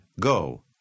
go